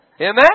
Amen